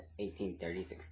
1836